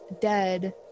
dead